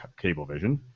Cablevision